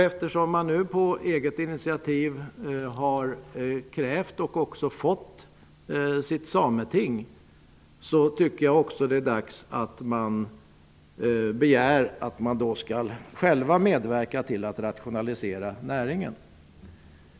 Eftersom man nu på eget initiativ har krävt och också fått sitt sameting är det också dags att begära att man inom näringen själv medverkar till att rationalisera näringen.